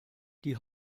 die